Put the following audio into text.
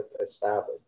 established